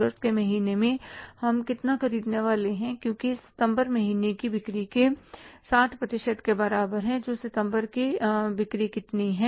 अगस्त के महीने में हम कितना खरीदने वाले हैं जोकि सितंबर महीने की बिक्री के 60 प्रतिशत के बराबर हैं और सितंबर की बिक्री कितनी है